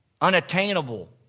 unattainable